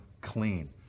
clean